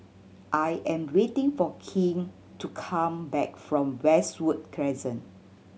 I am waiting for King to come back from Westwood Crescent